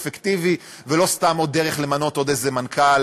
אפקטיבי ולא סתם עוד דרך למנות עוד איזה מנכ"ל,